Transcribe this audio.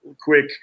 quick